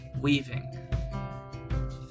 weaving